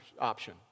option